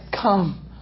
Come